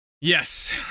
Yes